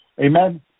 amen